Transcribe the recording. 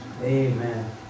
Amen